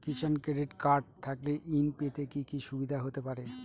কিষান credit card থাকলে ঋণ পেতে কি কি সুবিধা হতে পারে?